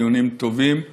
דיונים טובים,